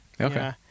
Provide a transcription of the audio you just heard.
Okay